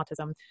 autism